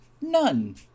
none